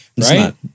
Right